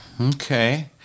Okay